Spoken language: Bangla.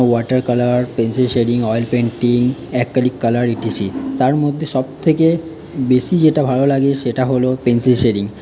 water colour pencil shading oil painting acrylic colour ETC তার মধ্যে সব থেকে বেশি যেটা ভালো লাগে সেটা হল পেন্সিল শেডিং